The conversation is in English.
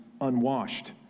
unwashed